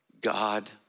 God